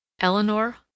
Eleanor